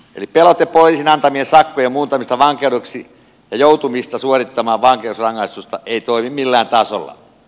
eli pelote poliisin antamien sakkojen muuntamisesta vankeudeksi ja joutumisesta suorittamaan vankeusrangaistusta ei toimi millään tasolla